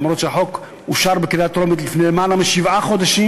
אף שהחוק אושר בקריאה טרומית לפני למעלה משבעה חודשים,